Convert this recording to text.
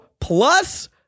plus